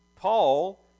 Paul